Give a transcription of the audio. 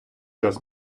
час